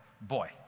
boy